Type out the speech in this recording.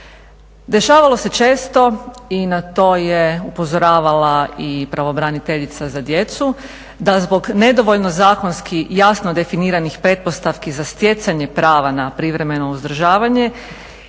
Dešavalo se često i na to je upozoravala i pravobraniteljica za djecu da zbog nedovoljno zakonski jasno definiranih pretpostavki za stjecanje prava na privremeno uzdržavanje